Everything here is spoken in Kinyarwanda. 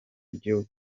ryo